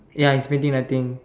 ya he's painting I think